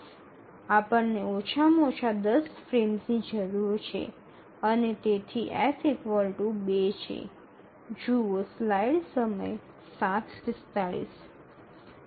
આપણને ઓછામાં ઓછા ૧0 ફ્રેમ્સની જરૂર છે અને તેથી તેમાં F ૨ છે